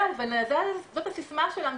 זאת הסיסמה שלנו,